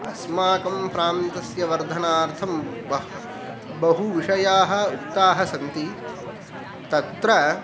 अस्माकं प्रान्तस्य वर्धनार्थं बह् बहुविषयाः उक्ताः सन्ति तत्र